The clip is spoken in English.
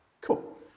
Cool